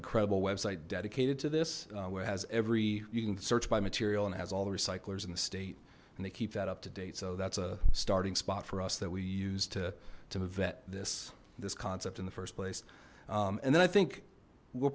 incredible website dedicated to this where has every you can search by material and has all the recyclers in the state and they keep that up to date so that's a starting spot for us that we use to to event this this concept in the first place and then i think we'